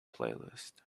playlist